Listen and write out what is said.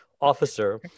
officer